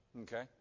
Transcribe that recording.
okay